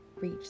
reach